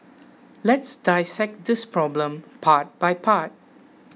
let's dissect this problem part by part